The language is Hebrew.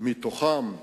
מתוכן המשרד,